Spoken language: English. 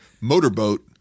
motorboat